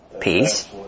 peace